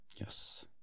Yes